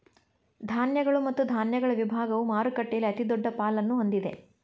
ಧಾನ್ಯಗಳು ಮತ್ತು ಧಾನ್ಯಗಳ ವಿಭಾಗವು ಮಾರುಕಟ್ಟೆಯಲ್ಲಿ ಅತಿದೊಡ್ಡ ಪಾಲನ್ನು ಹೊಂದಿದೆ